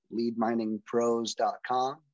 leadminingpros.com